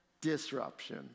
disruption